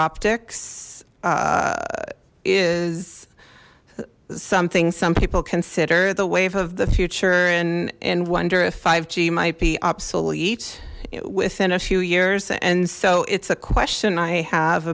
optics is something some people consider the wave of the future and in wonder if g might be obsolete within a few years and so it's a question i have